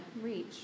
reach